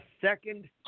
second